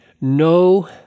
no